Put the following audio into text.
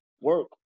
work